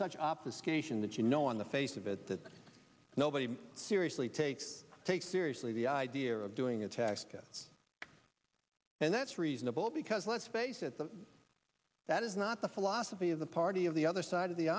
such optus cation that you know on the face of it that nobody seriously takes take seriously the idea of doing a tax cut and that's reasonable because let's face it the that is not the philosophy of the party of the other side of the